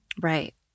Right